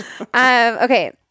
Okay